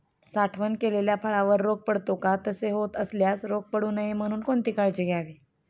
साठवण केलेल्या फळावर रोग पडतो का? तसे होत असल्यास रोग पडू नये म्हणून कोणती काळजी घ्यावी?